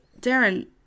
Darren